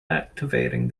activating